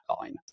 line